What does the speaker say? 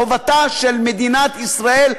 חובתה של מדינת ישראל,